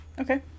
Okay